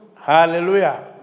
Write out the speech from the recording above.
hallelujah